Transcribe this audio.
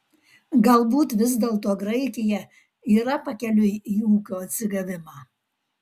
galbūt vis dėlto graikija yra pakeliui į ūkio atsigavimą